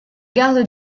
gardes